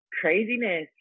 Craziness